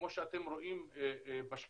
כמו שאתם רואים בשקפים,